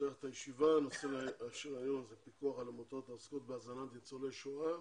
סדר היום פיקוח על עמותות העוסקות בהזנת ניצולי השואה,